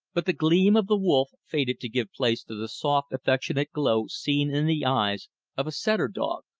but the gleam of the wolf faded to give place to the soft, affectionate glow seen in the eyes of a setter dog.